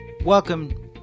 welcome